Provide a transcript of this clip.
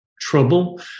trouble